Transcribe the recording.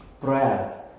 prayer